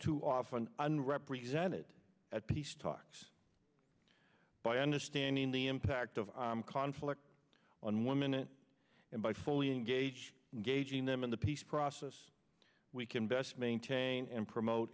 too often an represented at peace talks by understanding the impact of conflict on women and and by fully engage engaging them in the peace process we can best maintain and promote